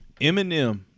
Eminem